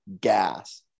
gas